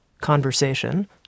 conversation